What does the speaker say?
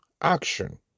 action